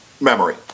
memory